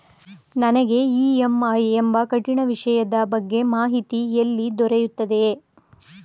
ನನಗೆ ಇ.ಎಂ.ಐ ಎಂಬ ಕಠಿಣ ವಿಷಯದ ಬಗ್ಗೆ ಮಾಹಿತಿ ಎಲ್ಲಿ ದೊರೆಯುತ್ತದೆಯೇ?